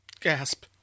Gasp